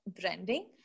branding